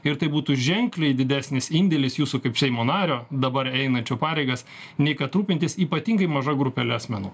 ir tai būtų ženkliai didesnis indėlis jūsų kaip seimo nario dabar einančio pareigas nei kad rūpintis ypatingai maža grupele asmenų